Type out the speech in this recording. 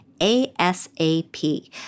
ASAP